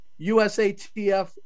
USATF